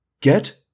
Get